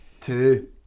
Two